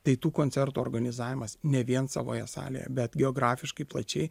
tai tų koncertų organizavimas ne vien savoje salėje bet geografiškai plačiai